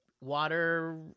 water –